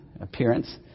appearance